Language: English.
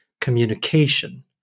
Communication